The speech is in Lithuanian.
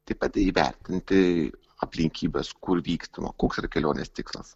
taip pat įvertinti aplinkybes kur vykstama koks yra kelionės tikslas